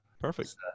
Perfect